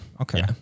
Okay